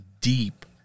deep